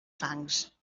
fangs